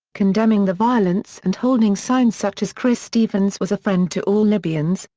condemning the violence and holding signs such as chris stevens was a friend to all libyans,